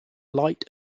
light